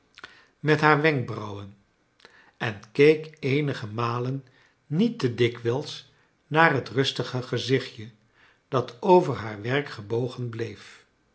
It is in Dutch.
met haar wenkbrauwen en keek eenige malen niet te dikwijls naar het rustige gezichtje dat over haar werk gebogen bleef